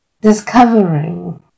discovering